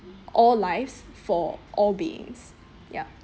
all lives for all beings ya